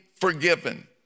forgiven